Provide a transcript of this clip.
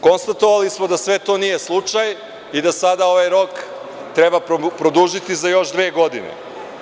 Konstatovali smo da sve to nije slučaj i da sada ovaj rok treba produžiti za još dve godine.